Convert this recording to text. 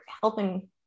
helping